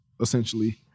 essentially